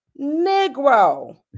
Negro